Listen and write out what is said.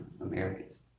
Americans